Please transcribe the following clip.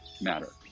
matter